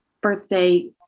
birthday